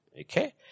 Okay